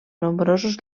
nombrosos